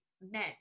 men